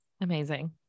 Amazing